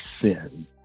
sin